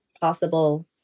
possible